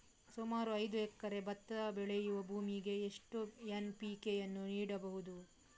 ಸುಮಾರು ಐದು ಎಕರೆ ಭತ್ತ ಬೆಳೆಯುವ ಭೂಮಿಗೆ ಎಷ್ಟು ಎನ್.ಪಿ.ಕೆ ಯನ್ನು ನೀಡಬಹುದು?